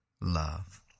love